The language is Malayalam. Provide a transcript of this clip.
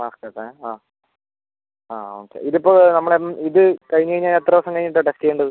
മാസ്ക് ഒക്കെ ആ ആ ഓക്കെ ഇതിപ്പോൾ നമ്മൾ ഇത് കഴിഞ്ഞ് കഴിഞ്ഞാൽ എത്ര ദിവസം കഴിഞ്ഞിട്ടാണ് ടെസ്റ്റ് ചെയ്യേണ്ടത്